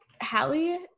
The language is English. Hallie